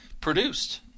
produced